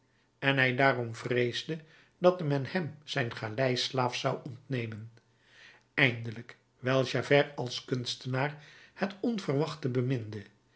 en hij daarom vreesde dat men hem zijn galeislaaf zou ontnemen eindelijk wijl javert als kunstenaar het onverwachte beminde